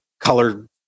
colored